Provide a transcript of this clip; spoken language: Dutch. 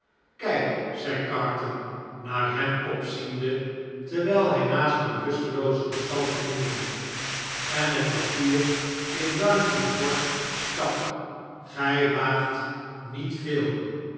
kijk zei carton naar hem opziende terwijl hy naast de bewustelooze gestalte knielde en het papier in darnay's borst stak gij waagt niet heel veel